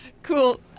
Cool